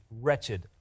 wretched